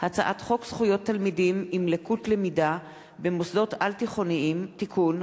הצעת חוק זכויות תלמידים עם לקות למידה במוסדות על-תיכוניים (תיקון),